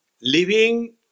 living